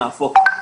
נהפוך הוא.